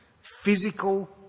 physical